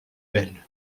belle